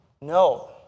No